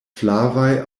flavaj